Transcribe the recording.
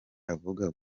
avuga